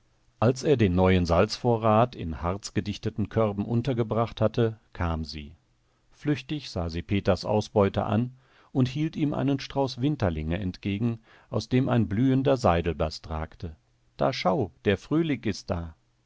als er den neuen salzvorrat in harzgedichteten körben untergebracht hatte kam sie flüchtig sah sie peters ausbeute an und hielt ihm einen strauß winterlinge entgegen aus dem ein blühender seidelbast ragte da schau der frühling ist da